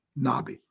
Nabi